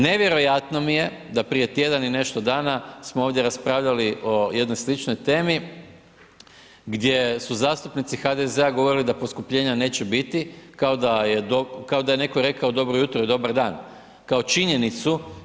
Nevjerojatno mi je da prije tjedan i nešto dana smo ovdje raspravljali o jednoj sličnoj temi, gdje su zastupnici HDZ-a govorili da poskupljenja neće biti, kao da je netko rekao dobro jutro, dobar dan, kao činjenicu.